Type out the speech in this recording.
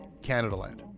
CanadaLand